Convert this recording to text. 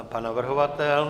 A pan navrhovatel?